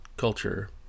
Culture